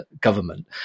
government